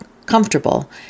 comfortable